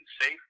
safe